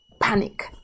panic